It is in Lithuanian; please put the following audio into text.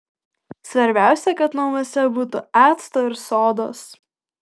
svarbiausia kad namuose būtų acto ir sodos